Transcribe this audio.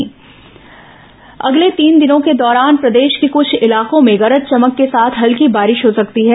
मौसम अगले तीन दिनों के दौरान प्रदेश के कुछ इलाकों में गरज चमक के साथ हल्की बारिश हो सकती है